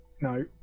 no